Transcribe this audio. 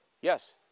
Yes